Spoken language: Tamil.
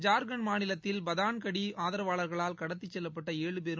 ஜார்கண்ட் மாநிலத்தில் பதான்கடி ஆதரவாளர்களால் கடத்தி செல்லப்பட்ட ஏழு பேரும்